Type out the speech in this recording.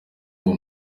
uwo